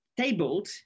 tabled